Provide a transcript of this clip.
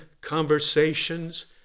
conversations